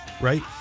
Right